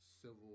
civil